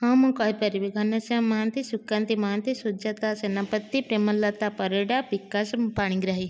ହଁ ମୁଁ କହିପାରିବି ଘନଶ୍ୟାମ ମହାନ୍ତି ସୁକାନ୍ତି ମହାନ୍ତି ସୁଜାତା ସେନାପତି ପ୍ରେମଲତା ପରିଡ଼ା ବିକାଶ ପାଣିଗ୍ରାହୀ